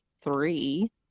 three